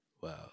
Wow